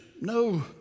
no